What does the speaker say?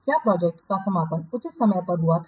क्या प्रोजेक्ट का समापन उचित समय पर हुआ था